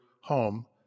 home